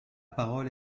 parole